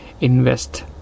invest